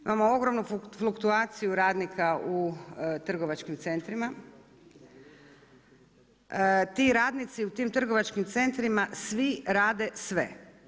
Imamo ogromnu fluktuaciju radnika u trgovačkim centrima, ti radnici u tim trgovačkim centrima, svi rade sve.